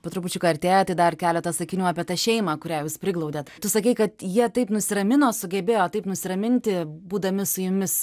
po trupučiuką artėja tai dar keleta sakinių apie tą šeimą kurią jūs priglaudėt tu sakei kad jie taip nusiramino sugebėjo taip nusiraminti būdami su jumis